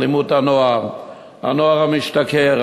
הנוער המשתכר,